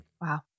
Wow